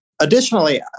Additionally